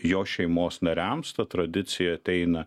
jo šeimos nariams ta tradicija ateina